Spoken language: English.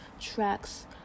tracks